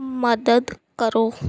ਮਦਦ ਕਰੋ